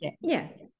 Yes